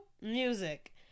music